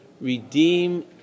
redeem